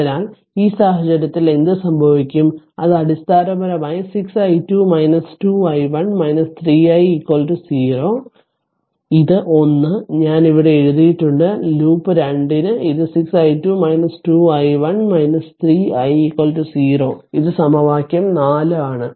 അതിനാൽ ഈ സാഹചര്യത്തിൽ എന്ത് സംഭവിക്കും അത് അടിസ്ഥാനപരമായി 6 i2 2 i1 3 i 0 ഇത് 1 ഞാൻ ഇവിടെ എഴുതിയിട്ടുണ്ട് ലൂപ്പ് 2 ന് ഇത് 6 i2 2 i1 3 i 0 ഇത് സമവാക്യം 4 ആണ്